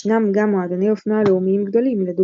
ישנם גם מועדוני אופנוע לאומיים גדולים, לדוגמה,